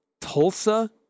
Tulsa